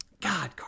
God